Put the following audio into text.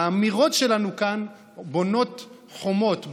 האמירות שלנו כאן בונות חומות,